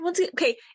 Okay